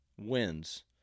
wins